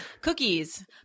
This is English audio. cookies